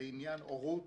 לעניין הורות,